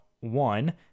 one